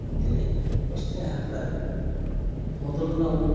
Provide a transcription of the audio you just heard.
ಅಂತ ಹೇಳಿ ಪ್ರಶ್ನೆ ಹಾಕಿದಾಗ ಮೊದಲು ನಾವು